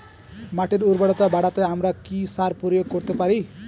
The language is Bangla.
মাটির উর্বরতা বাড়াতে আমরা কি সার প্রয়োগ করতে পারি?